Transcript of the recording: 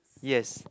yes